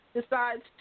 decides